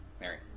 Mary